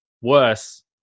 worse